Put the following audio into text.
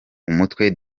umutwe